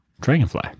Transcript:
Dragonfly